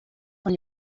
von